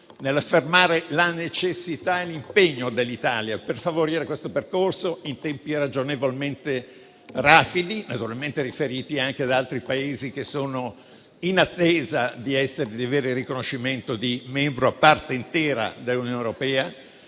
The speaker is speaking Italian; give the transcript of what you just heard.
nell'affermare la necessità dell'impegno dell'Italia per favorire questo percorso in tempi ragionevolmente rapidi, naturalmente riferiti anche ad altri Paesi che sono in attesa di avere il riconoscimento di membro a parte intera dell'Unione europea.